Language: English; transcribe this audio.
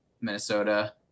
Minnesota